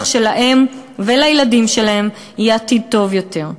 שלהם ולילדים שלהם יהיה עתיד טוב יותר.